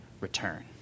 return